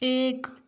एक